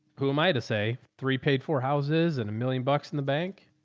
who am i to say? three paid for houses and a million bucks in the bank.